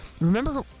remember